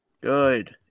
Good